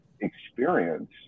experience